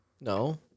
No